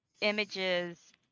images